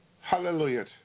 Hallelujah